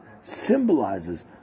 symbolizes